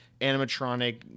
animatronic